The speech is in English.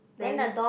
then